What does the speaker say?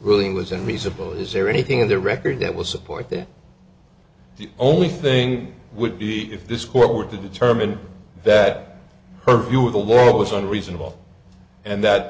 ruling was unreasonable is there anything in the record that will support that the only thing would be if this court were to determine that her view of the war was on reasonable and that